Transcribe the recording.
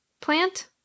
plant